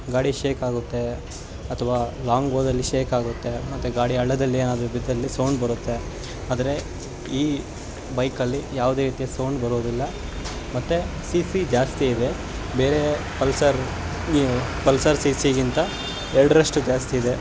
ಗಾಡಿ ಶೇಕಾಗುತ್ತೆ ಅಥವಾ ಲಾಂಗ್ ಹೋದಲ್ಲಿ ಶೇಕಾಗುತ್ತೆ ಮತ್ತು ಗಾಡಿ ಹಳ್ಳದಲ್ಲಿ ಏನಾದ್ರೂ ಬಿದ್ದಲ್ಲಿ ಸೌಂಡ್ ಬರುತ್ತೆ ಆದರೆ ಈ ಬೈಕಲ್ಲಿ ಯಾವುದೇ ರೀತಿಯ ಸೌಂಡ್ ಬರೋದಿಲ್ಲ ಮತ್ತು ಸಿ ಸಿ ಜಾಸ್ತಿ ಇದೆ ಬೇರೆ ಪಲ್ಸರ್ ಪಲ್ಸರ್ ಸಿ ಸಿಗಿಂತ ಎರಡರಷ್ಟು ಜಾಸ್ತಿಯಿದೆ